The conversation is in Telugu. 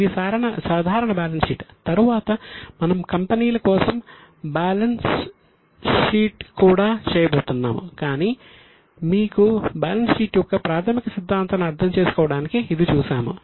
ఇది సాధారణ బ్యాలెన్స్ షీట్ తరువాత మనము కంపెనీల కోసం బ్యాలెన్స్ షీట్ కూడా చేయబోతున్నాము కానీ మీకు బ్యాలెన్స్ షీట్ యొక్క ప్రాథమిక సిద్ధాంతాలను అర్థం చేసుకోవడానికి ఇది చూసాము